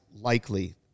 likely